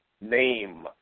name